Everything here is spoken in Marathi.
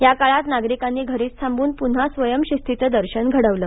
या काळात नागरिकांनी घरीच थांबून पुन्हा स्वयंशिस्तीचे दर्शन घडवलं